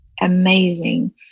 amazing